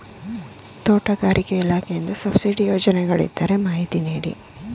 ತೋಟಗಾರಿಕೆ ಇಲಾಖೆಯಿಂದ ಸಬ್ಸಿಡಿ ಯೋಜನೆಗಳಿದ್ದರೆ ಮಾಹಿತಿ ನೀಡಿ?